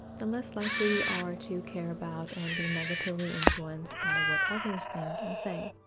the less likely we are to care about and be negatively influenced by what others think and say.